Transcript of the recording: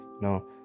No